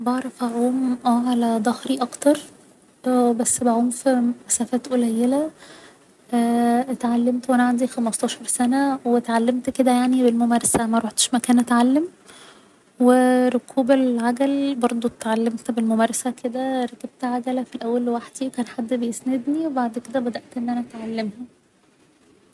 بعرف أعوم اه على ضهري اكتر بس بهون في مسافات قليلة اتعلمت وانا عندي خمستاشر سنة و اتعلمت كده يعني بالممارسة مروحتش مكان أتعلم و ركوب العجل برضه اتعلمت بالممارسة كده ركبت عجلة في الأول لوحدي و كان حد بيسندني و بعد كده بدأت أن أنا أتعلمها